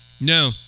No